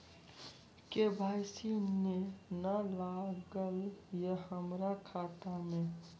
KYC ने न लागल या हमरा खाता मैं?